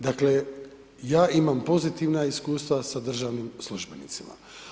Dakle, ja imam pozitivna iskustva sa državnim službenicima.